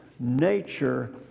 nature